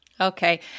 Okay